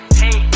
hey